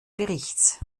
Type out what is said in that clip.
berichts